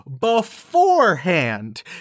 beforehand